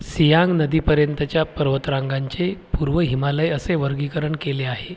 सियांग नदीपर्यंतच्या पर्वतरांगांचे पूर्व हिमालय असे वर्गीकरण केले आहे